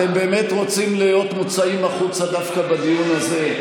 אתם באמת רוצים להיות מוצאים החוצה דווקא בדיון הזה?